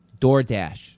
DoorDash